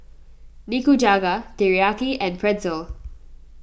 Nikujaga Teriyaki and Pretzel